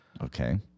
Okay